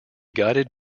guided